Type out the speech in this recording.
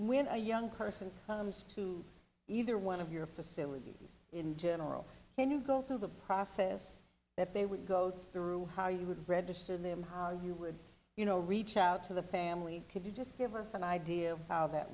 when a young person comes to either one of your facility in general can you go through the process that they would go through how you would register them how you would you know reach out to the family can you just give us an idea